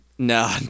No